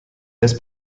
this